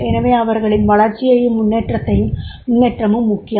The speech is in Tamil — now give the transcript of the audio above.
எனவே அவர்களின் வளர்ச்சியும் முன்னேற்றமும் முக்கியம்